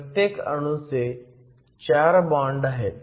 प्रत्येक अणूचे 4 बॉण्ड आहेत